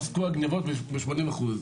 פסקו הגניבות ב-80%.